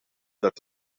dat